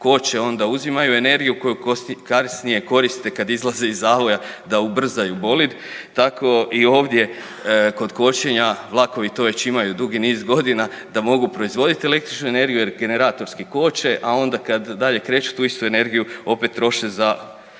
koče onda uzimaju energiju koju kasnije koriste kad izlaze iz zavoda da ubrzaju bolid, tako i ovdje kod kočenja vlakovi to već imaju dugi niz godina da mogu proizvodit električnu energiju jer generatorski koče, a onda kad dalje kreću tu istu energiju opet troše za